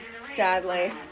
Sadly